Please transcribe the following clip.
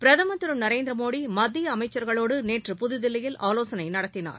பிரதமர் திரு நரேந்திரமோடி மத்திய அமைச்சர்களோடு நேற்று புதுதில்லியில் ஆலோசனை நடத்தினார்